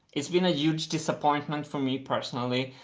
it's been a huge disappointment for me personally,